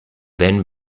then